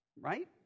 Right